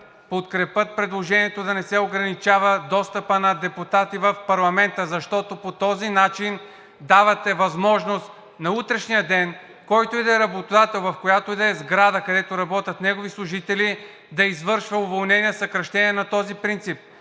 подкрепят предложението да не се ограничава достъпът на депутатите в парламента, защото по този начин давате възможност на утрешния ден който и да е работодател, в която и да е сграда, където работят негови служители, да извършва уволнения, съкращения на този принцип.